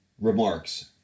remarks